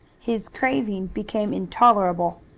his craving became intolerable.